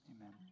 Amen